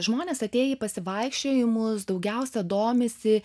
žmonės atėję į pasivaikščiojimus daugiausia domisi